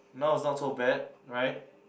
now is not so bad right